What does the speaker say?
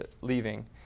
leaving